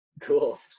Cool